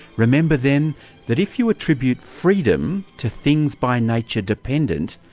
remember then that if you attribute freedom to things by nature dependent,